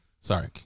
Sorry